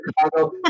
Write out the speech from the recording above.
Chicago